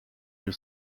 you